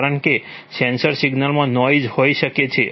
કારણ કે સેન્સર સિગ્નલમાં નોઇઝ આપશે